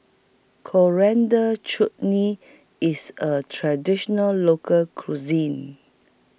Coriander Chutney IS A Traditional Local Cuisine